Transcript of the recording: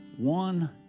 One